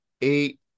eight